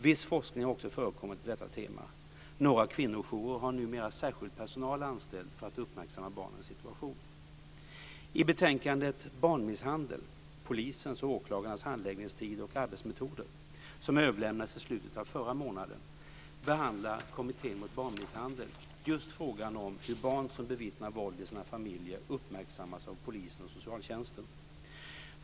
Viss forskning har också förekommit på detta tema. Några kvinnojourer har numera särskild personal anställd för att uppmärksamma barnens situation. SOU 2000:42, som överlämnades i slutet av förra månaden, behandlar Kommittén mot barnmisshandel just frågan om hur barn som bevittnar våld i sina familjer uppmärksammas av polisen och socialtjänsten.